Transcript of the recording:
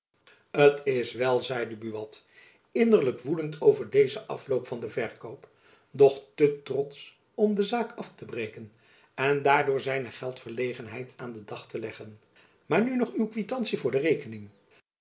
t is wel zeide buat innerlijk woedend over dezen afloop van den verkoop doch te trotsch om de zaak af te breken en daardoor zijne geldverlegenheid aan den dag te leggen maar nu nog uw kwitantie voor de rekening